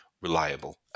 reliable